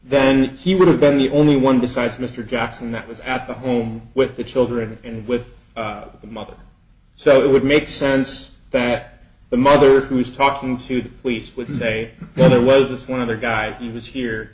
then he would have been the only one besides mr jackson that was at the home with the children and with the mother so it would make sense that the mother who was talking to the police would say well there was this one other guy he was